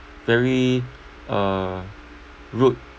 very uh rude